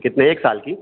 कितने एक साल की